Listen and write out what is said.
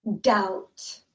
doubt